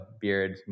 beard